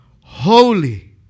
Holy